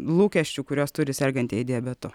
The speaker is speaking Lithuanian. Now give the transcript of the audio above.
lūkesčių kuriuos turi sergantieji diabetu